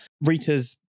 Rita's